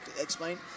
explain